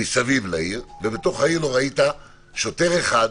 מסביב לעיר, ובתוך העיר לא ראית שוטר אחד,